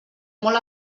molt